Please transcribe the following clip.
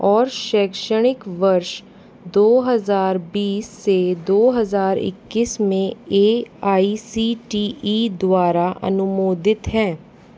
और शैक्षणिक वर्ष दो हज़ार बीस से दो हज़ार इक्कीस में A I C T E द्वारा अनुमोदित हैं